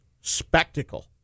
spectacle